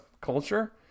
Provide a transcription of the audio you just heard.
culture